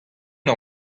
eur